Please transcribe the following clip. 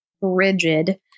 rigid